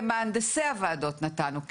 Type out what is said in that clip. למהנדסי הוועדות נתנו כלים.